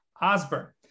Osborne